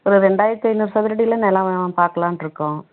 ஒரு ரெண்டாயிரத்தி ஐந்நூறு சதுரடியில் நெலம் பார்க்கலான்ட்று இருக்கோம்